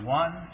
one